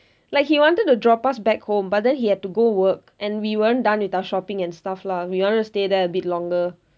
like he wanted to drop us back home but then he had to go work and we weren't done with our shopping and stuff lah we wanted to stay there a bit longer